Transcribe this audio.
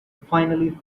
finally